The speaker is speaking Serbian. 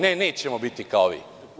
Ne, nećemo biti kao vi.